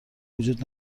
وجود